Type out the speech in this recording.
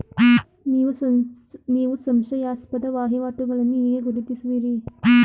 ನೀವು ಸಂಶಯಾಸ್ಪದ ವಹಿವಾಟುಗಳನ್ನು ಹೇಗೆ ಗುರುತಿಸುವಿರಿ?